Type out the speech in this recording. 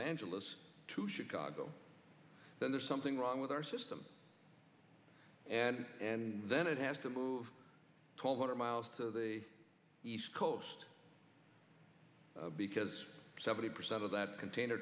angeles to chicago then there's something wrong with our system and and then it has to move called hundred miles to the east coast because seventy percent of that container